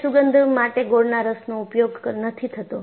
તે સુગંધ માટે ગોળના રસનો ઉપયોગ નથી થતો